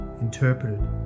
interpreted